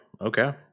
Okay